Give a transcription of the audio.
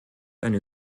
eine